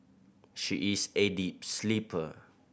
she is a deep sleeper